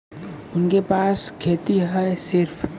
उनके पास खेती हैं सिर्फ